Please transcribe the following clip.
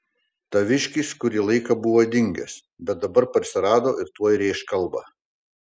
taviškis kurį laiką buvo dingęs bet dabar parsirado ir tuoj rėš kalbą